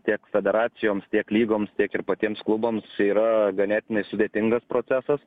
tiek federacijoms tiek lygoms tiek ir patiems klubams yra ganėtinai sudėtingas procesas